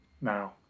now